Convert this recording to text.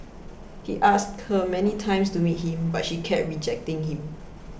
he asked her many times to meet him but she kept rejecting him